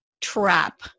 trap